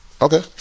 Okay